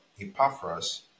Epaphras